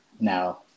now